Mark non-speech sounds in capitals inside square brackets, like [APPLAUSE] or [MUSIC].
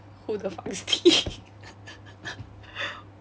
who the fuck is T [LAUGHS]